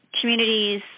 communities